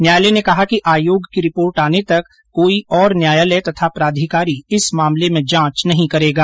न्यायालय ने कहा कि आयोग की रिपोर्ट आने तक कोई और न्यायालय तथा प्राधिकरी इस मामले में जांच नहीं करेगा